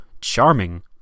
charming